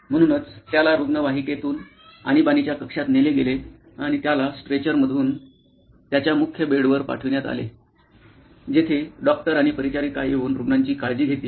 म्हणूनच त्याला रुग्णवाहिकेतून आणीबाणीच्या कक्षात नेले गेले आणि त्याला स्ट्रेचरमधून त्याच्या मुख्य बेडवर पाठविण्यात आले जेथे डॉक्टर आणि परिचारिका येऊन रुग्णांची काळजी घेतील